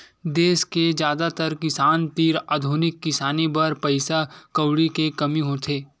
देस के जादातर किसान तीर आधुनिक किसानी बर पइसा कउड़ी के कमी होथे